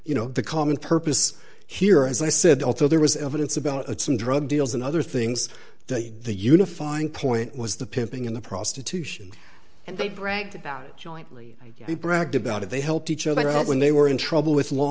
you know the common purpose here as i said also there was evidence about some drug deals and other things that the unifying point was the pimping in the prostitution and they bragged about it jointly they bragged about it they helped each other out when they were in trouble with law